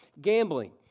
Gambling